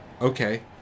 Okay